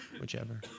whichever